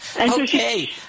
Okay